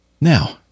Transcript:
Now